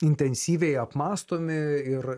intensyviai apmąstomi ir